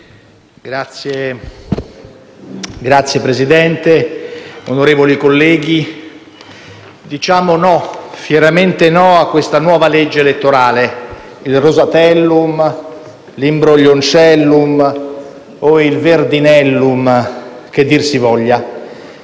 Signor Presidente, onorevoli colleghi, diciamo no, fieramente no alla nuova legge elettorale, il Rosatellum, l'Imbroglioncellum o il Verdinellum, che dir si voglia.